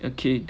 a kid